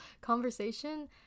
conversation